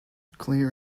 claire